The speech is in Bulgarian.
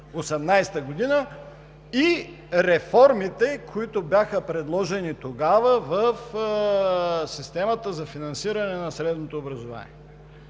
бюджет 2018 и реформите, които бяха предложени тогава в системата, за финансиране на средното образование.